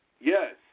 Yes